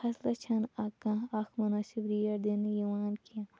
فصلَس چھَنہٕ کانٛہہ اَکھ مُناسِب ریٹ دِنہٕ یِوان کیٚنٛہہ